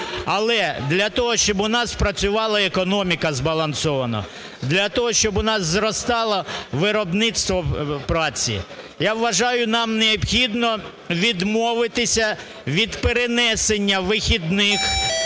Але для того, щоб у нас працювала економіка збалансовано, для того, щоб у нас зростало виробництво праці, я вважаю, нам необхідно відмовитися від перенесення вихідних